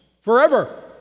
forever